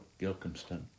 Gilcomston